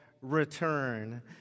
Return